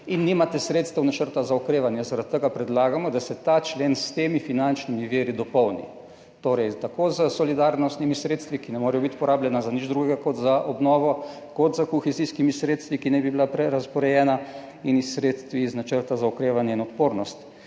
in nimate sredstev Načrta za okrevanje. Zaradi tega predlagamo, da se ta člen s temi finančnimi viri dopolni, torej tako s solidarnostnimi sredstvi, ki ne morejo biti porabljena za nič drugega kot za obnovo, kot s kohezijskimi sredstvi, ki naj bi bila prerazporejena, in s sredstvi iz Načrta za okrevanje in odpornost.